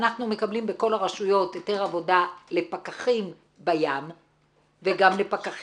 הישיבה ננעלה בשעה 13:00.